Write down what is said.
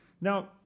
Now